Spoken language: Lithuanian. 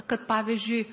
kad pavyzdžiui